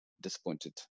disappointed